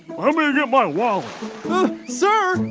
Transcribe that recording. um and and my wallet sir,